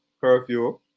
curfew